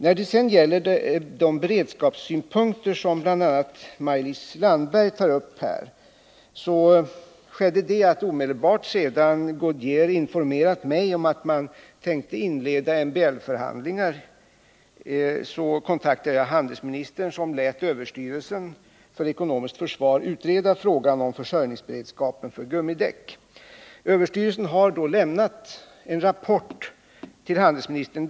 När det sedan gäller de beredskapssynpunkter som bl.a. Maj-Lis Landberg tar upp. vill jag säga att jag omedelbart efter det att Goodyear informerat mig om att man tänkte inleda en MBL-förhandling kontaktade handelsministern, som lät överstyrelsen för ekonomiskt försvar utreda frågan om försörjningsberedskapen för gummidäck. Överstyrelsen har lämnat en rapport till handelsministern.